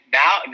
now